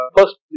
First